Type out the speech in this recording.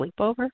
sleepover